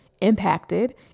impacted